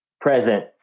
present